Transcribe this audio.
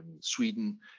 Sweden